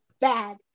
Bad